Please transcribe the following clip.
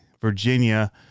Virginia